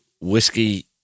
whiskey